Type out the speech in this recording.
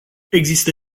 există